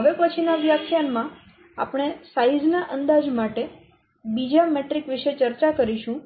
હવે પછીના વ્યાખ્યાન માં આપણે સાઈઝ ના અંદાજ માટે બીજા મેટ્રિક વિશે ચર્ચા કરીશું